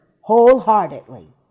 wholeheartedly